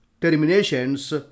terminations